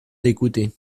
d’écouter